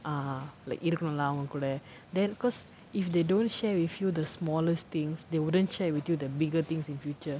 ah like இருக்கனும்ல அவங்க கூட:irukkanumla avanga kooda then because if they don't share with you the smallest things they wouldn't share with you the bigger things in future